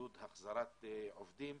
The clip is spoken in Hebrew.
עידוד החזרת עובדים.